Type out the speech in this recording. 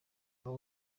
aba